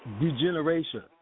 degeneration